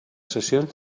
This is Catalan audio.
sessions